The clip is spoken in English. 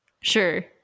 sure